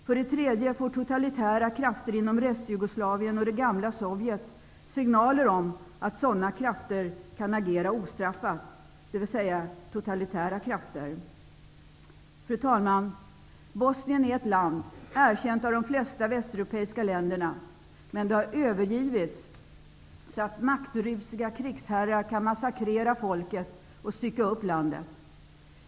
För det tredje får totalitära krafter inom Restjugoslavien och det gamla Sovjet signaler om att sådana krafter, dvs. totalitära, kan agera ostraffat. Fru talman! Bosnien är ett land som erkänts av de flesta västeuropeiska länderna, men det har övergivits, så att maktrusiga krigsherrar kan massakrera folket och stycka upp landet.